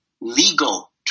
legal